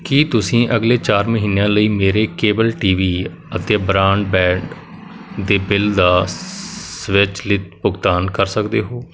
ਕੀ ਤੁਸੀਂਂ ਅਗਲੇ ਚਾਰ ਮਹੀਨਿਆਂ ਲਈ ਮੇਰੇ ਕੇਬਲ ਟੀ ਵੀ ਅਤੇ ਬਰਾਂਡਬੈਡ ਦੇ ਬਿੱਲ ਦਾ ਸਵੈਚਲਿਤ ਭੁਗਤਾਨ ਕਰ ਸਕਦੇ ਹੋ